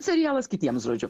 serialas kitiems žodžiu